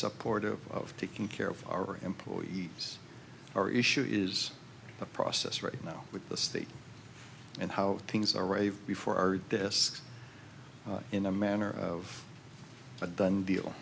supportive of taking care of our employees our issue is the process right now with the state and how things are right before our desks in a manner of a done deal